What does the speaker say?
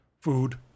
food